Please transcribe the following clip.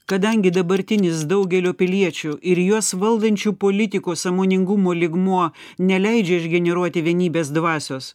kadangi dabartinis daugelio piliečių ir juos valdančių politikų sąmoningumo lygmuo neleidžia išgeneruoti vienybės dvasios